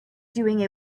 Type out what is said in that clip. doing